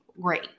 great